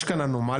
יש כאן אנומליה,